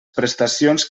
prestacions